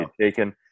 taken